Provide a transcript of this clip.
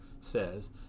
says